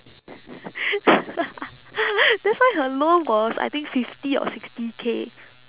that's why her loan was I think fifty or sixty K